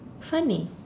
funny